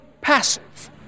passive